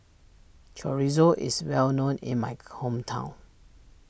Chorizo is well known in my hometown